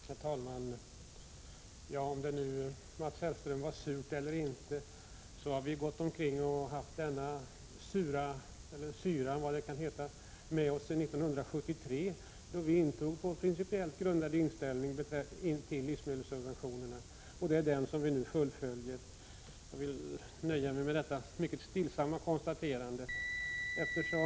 Herr talman! Oavsett om det nu var surt eller inte, Mats Hellström, har vi gått omkring och haft denna syra med oss sedan 1973, då vi intog vår principiellt grundade inställning till livsmedelssubventionerna. Det är den som vi nu fullföljer. Jag nöjer mig med detta mycket stillsamma konstaterande.